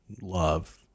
love